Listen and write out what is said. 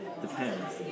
Depends